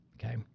Okay